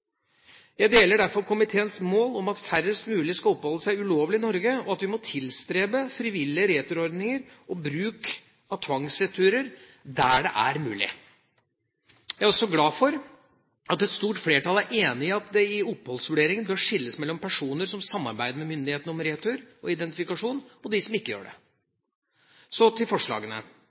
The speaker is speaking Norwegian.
Jeg deler derfor komiteens mål om at færrest mulig skal oppholde seg ulovlig i Norge, og at vi må tilstrebe frivillige returordninger og bruk av tvangsretur der det er mulig. Jeg er også glad for at et stort flertall er enig i at det i oppholdsvurderingen bør skilles mellom personer som samarbeider med myndighetene om retur og identifikasjon, og de som ikke gjør det. Så til forslagene: